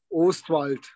Ostwald